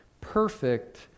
perfect